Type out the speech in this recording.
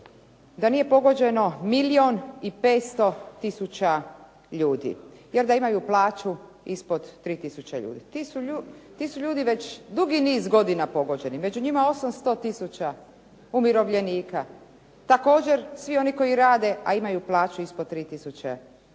da nije pogođeno milijun i 500 tisuća ljudi, jer da imaju plaću ispod 3000 kuna. Ti su ljudi već dugi niz godina pogođeni, među njima 800 tisuća umirovljenika. Također svi oni koji rade, a imaju plaću ispod 3000 kuna.